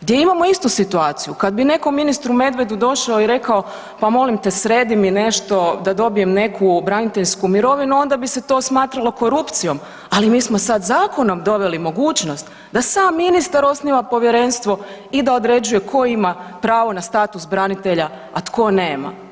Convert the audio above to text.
gdje imamo istu situaciju, kad bi neko ministru Medvedu došao i rekao pa molim te sredi mi nešto da dobijem neku braniteljsku mirovinu, onda bi se to smatralo korupcijom ali mi smo sad zakonom doveli mogućnost da sam ministar osniva povjerenstvo i da određuje ko ima pravo na status branitelja a tko nema.